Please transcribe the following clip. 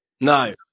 No